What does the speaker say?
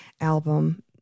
album